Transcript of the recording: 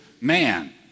man